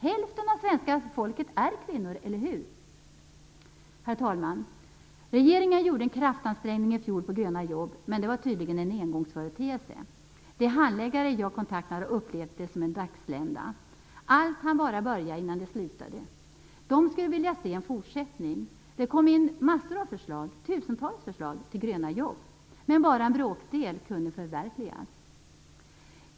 Hälften av svenska folket är kvinnor, eller hur? Herr talman! Regeringen gjorde i fjol en kraftansträngning på gröna jobb, men det var tydligen en engångsföreteelse. De handläggare som jag kontaktat har upplevt det som en dagslända. Allt hann bara börja innan det slutade. Handläggarna skulle vilja se en fortsättning. Det kom in tusentals förslag till gröna jobb, men bara en bråkdel kunde förverkligas.